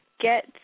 get